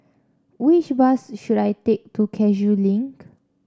which bus should I take to Cashew Link